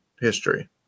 history